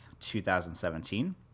2017